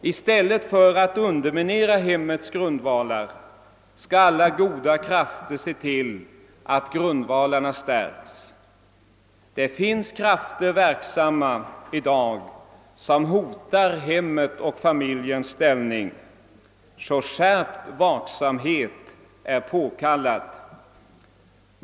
I stället för att underminera hemmets grundvaiar skall alla goda krafter se till att dessa stärks. Det finns krafter verksamma i dag som hotar hemmets och familjens ställning. Skärpt vaksamhet är därför påkallad.